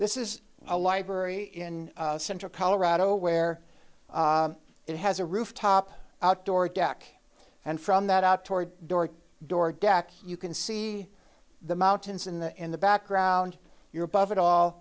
this is a library in central colorado where it has a rooftop outdoor deck and from that out toward door to door deck you can see the mountains in the in the background you're above it